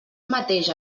mateix